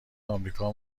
امریکا